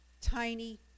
tiny